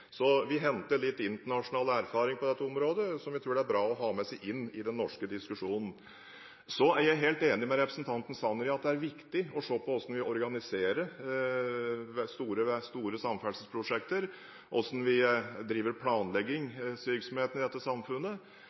Vi henter litt internasjonal erfaring på dette området som jeg tror det er bra å ha med seg inn i den norske diskusjonen. Så er jeg helt enig med representanten Sanner i at det er viktig å se på hvordan vi organiserer store samferdselsprosjekter, hvordan vi driver planleggingsvirksomhet i dette samfunnet.